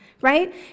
right